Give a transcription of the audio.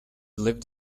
lived